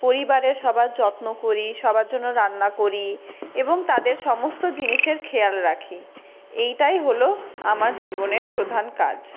পরিবারের সবার যত্ন করি সবার জন্য রান্না করি এবং তাদের সমস্ত জিনিসের খেয়াল রাখি এইটাই হল আমার জীবনের প্রধান কাজ